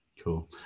cool